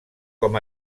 com